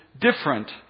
different